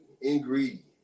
ingredient